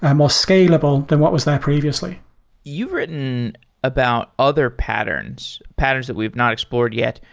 and more scalable than what was there previously you've written about other patterns, patterns that we've not explored yet.